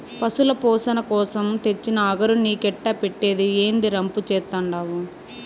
పశుల పోసణ కోసరం తెచ్చిన అగరు నీకెట్టా పెట్టేది, ఏందీ రంపు చేత్తండావు